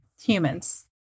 humans